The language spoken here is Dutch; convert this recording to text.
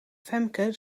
femke